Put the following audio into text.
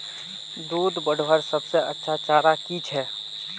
दूध बढ़वार सबसे अच्छा चारा की छे?